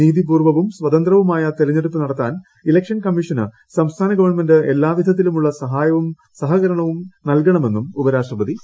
നീതി പൂർവ്വവും സ്വതന്ത്രവുമായ തെരഞ്ഞെടുപ്പ് നടത്താൻ ഇലക്ഷൻ കമ്മീഷന് സംസ്ഥാന ഗവൺമെന്റ് എല്ലാവിധത്തിലുള്ള സഹായവും സഹകരണവും നൽകുമെന്നും ഉപരാഷ്ട്രപതി പറഞ്ഞു